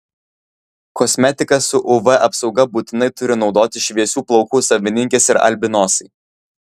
kosmetiką su uv apsauga būtinai turi naudoti šviesių plaukų savininkės ir albinosai